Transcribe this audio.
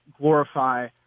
glorify